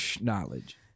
Knowledge